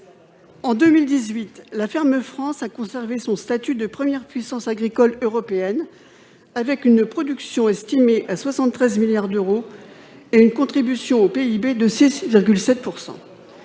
En 2018, la « ferme France » a conservé son statut de première puissance agricole européenne, avec une production estimée à 73 milliards d'euros et une contribution au PIB de 6,7 %.